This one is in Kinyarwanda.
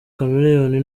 chameleone